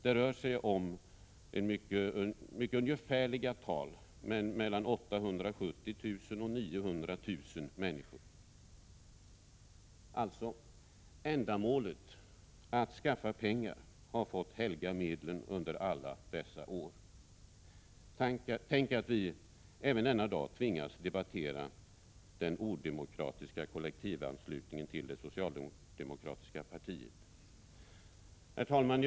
Det rör sig om mycket ungefärliga tal mellan 870 000 och 900 000 människor.” Alltså: Ändamålet att skaffa pengar har fått helga medlen under alla dessa år. Tänk att vi även denna dag tvingas debattera den odemokratiska kollektivanslutningen till det socialdemokratiska partiet! Herr talman!